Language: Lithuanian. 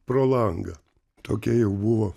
pro langą tokia jau buvo